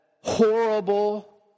horrible